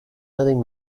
nothing